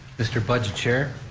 mr. budget chair.